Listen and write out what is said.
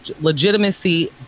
legitimacy